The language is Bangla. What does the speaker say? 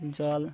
জল